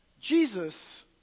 Jesus